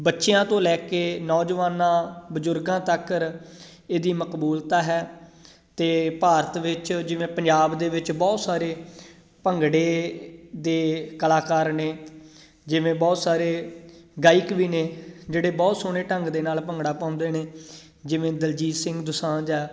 ਬੱਚਿਆਂ ਤੋਂ ਲੈ ਕੇ ਨੌਜਵਾਨਾਂ ਬਜ਼ੁਰਗਾਂ ਤੱਕਰ ਇਹਦੀ ਮਕਬੂਲਤਾ ਹੈ ਅਤੇ ਭਾਰਤ ਵਿੱਚ ਜਿਵੇਂ ਪੰਜਾਬ ਦੇ ਵਿੱਚ ਬਹੁਤ ਸਾਰੇ ਭੰਗੜੇ ਦੇ ਕਲਾਕਾਰ ਨੇ ਜਿਵੇਂ ਬਹੁਤ ਸਾਰੇ ਗਾਇਕ ਵੀ ਨੇ ਜਿਹੜੇ ਬਹੁਤ ਸੋਹਣੇ ਢੰਗ ਦੇ ਨਾਲ ਭੰਗੜਾ ਪਾਉਂਦੇ ਨੇ ਜਿਵੇਂ ਦਿਲਜੀਤ ਸਿੰਘ ਦੁਸਾਂਝ ਆ